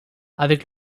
avec